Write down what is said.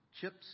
Chips